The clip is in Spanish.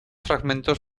fragmentos